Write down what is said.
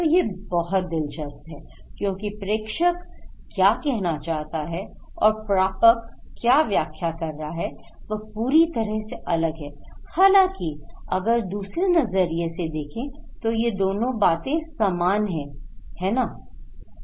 तो यह बहुत दिलचस्प है क्योंकि प्रेषक क्या कहना चाहता है और प्रापक क्या व्याख्या कर रहा है वह पूरी तरह से अलग है हालांकि अगर दूसरे नजरिए से देखें तो यह दोनों बातें समान हैं वे समान हैं